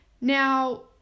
now